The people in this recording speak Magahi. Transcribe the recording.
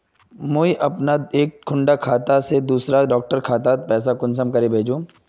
मुई अपना एक कुंडा खाता से दूसरा डा खातात पैसा कुंसम करे भेजुम?